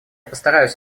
постараюсь